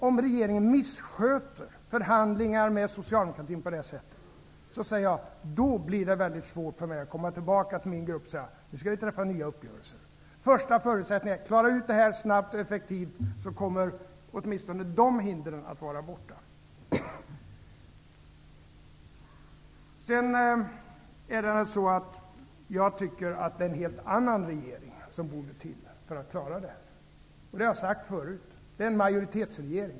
Om regeringen missköter förhandlingar med socialdemokratin på detta sätt, blir det mycket svårt för mig att komma tillbaka till min riksdagsgrupp och säga att vi skall träffa nya uppgörelser. Den första förutsättningen är att detta klaras ut snabbt och effektivt. Då kommer åtminstone dessa hinder att vara borta. Jag anser att det måste till en helt annan regering för att klara detta. Det har jag sagt tidigare. Det borde vara en majoritetsregering.